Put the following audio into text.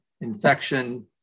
infection